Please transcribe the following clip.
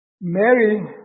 Mary